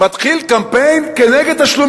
ומתחיל קמפיין נגד תשלום